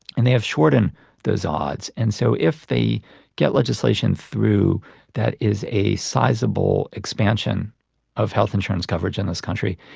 and they have shortened those odds, and so if they get legislation through that is a sizeable expansion of health insurance coverage in this country,